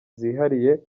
zihariye